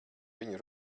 viņu